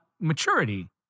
maturity